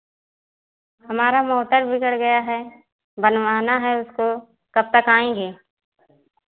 हमारा मोटर बिगड़ गया है बनवाना है उसको कब तक आएँगे